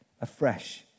afresh